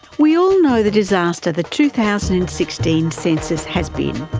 we all know the disaster the two thousand and sixteen census has been,